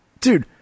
Dude